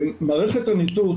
מערכת הניטור,